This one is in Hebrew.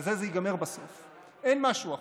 על זה זה ייגמר בסוף, אין משהו אחר.